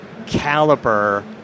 caliper